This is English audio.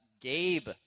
Gabe